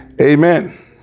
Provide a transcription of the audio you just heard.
Amen